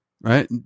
Right